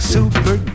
Super